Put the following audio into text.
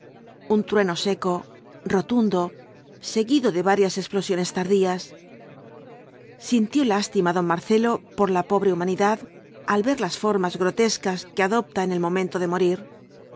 un trueno seco rotundo seguido de varias explosiones tardías sintió lástima don marcelo por la pobre humanidad al ver las formas grotescas que adopta en el momento de morir